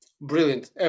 brilliant